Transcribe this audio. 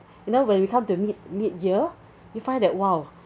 you know when we come to mid mid year you find that !wow!